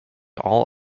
all